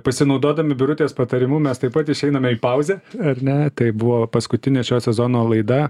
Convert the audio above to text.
pasinaudodami birutės patarimu mes taip pat išeiname į pauzę ar ne tai buvo paskutinė šio sezono laida